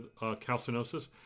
calcinosis